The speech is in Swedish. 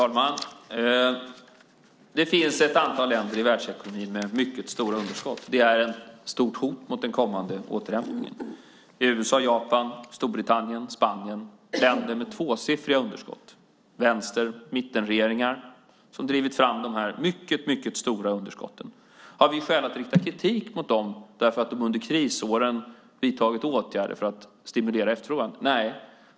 Fru talman! Det finns ett antal länder i världsekonomin som har mycket stora underskott. Det är ett stort hot mot den kommande återhämtningen. USA, Japan, Storbritannien och Spanien är länder med tvåsiffriga underskott. Det är vänster och mittenregeringar som har drivit fram de mycket stora underskotten. Har vi skäl att rikta kritik mot dem därför att de under krisåren har vidtagit åtgärder för att stimulera efterfrågan? Nej.